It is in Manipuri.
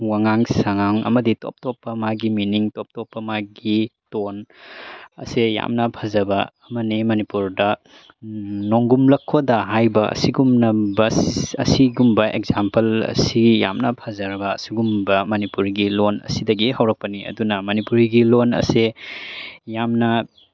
ꯋꯥꯉꯥꯡ ꯁꯉꯥꯡ ꯑꯃꯗꯤ ꯇꯣꯞ ꯇꯣꯞꯄ ꯃꯥꯒꯤ ꯃꯤꯅꯤꯡ ꯇꯣꯞ ꯇꯣꯞꯄ ꯃꯥꯒꯤ ꯇꯣꯟ ꯑꯁꯦ ꯌꯥꯝꯅ ꯐꯖꯕ ꯑꯃꯅꯦ ꯃꯅꯤꯄꯨꯔꯗ ꯅꯣꯡꯒꯨꯝꯂꯛꯈꯣꯗ ꯍꯥꯏꯔꯤꯕ ꯑꯁꯤꯒꯨꯝꯂꯕ ꯑꯁꯤꯒꯨꯝꯕ ꯑꯦꯛꯖꯥꯝꯄꯜ ꯑꯁꯤ ꯌꯥꯝꯅ ꯐꯖꯔꯕ ꯑꯁꯤꯒꯨꯝꯕ ꯃꯅꯤꯄꯨꯔꯒꯤ ꯂꯣꯟ ꯑꯁꯤꯗꯒꯤ ꯍꯧꯔꯛꯄꯅꯤ ꯑꯗꯨꯅ ꯃꯅꯤꯄꯨꯔꯒꯤ ꯂꯣꯟ ꯑꯁꯦ ꯌꯥꯝꯅ